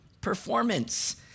performance